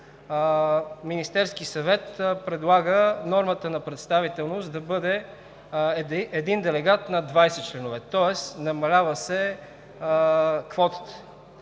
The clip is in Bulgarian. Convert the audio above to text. Министерският съвет предлага нормата на представителност да бъде един делегат на 20 членове, тоест намалява се квотата.